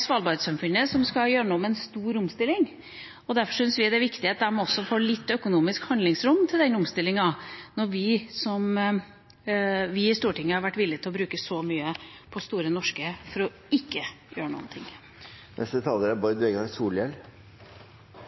Svalbard-samfunnet skal igjennom en stor omstilling, og derfor syns vi det er viktig at de også får et økonomisk handlingsrom til den omstillingen som er like stort som det vi i Stortinget har vært villige til å bruke på Store Norske for at de ikke skal gjøre noen ting. Det viktigaste ein skal vite om mellomkrigstida, er